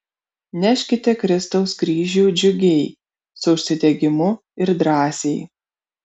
neškite kristaus kryžių džiugiai su užsidegimu ir drąsiai